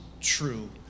true